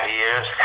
years